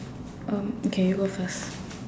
um okay you go first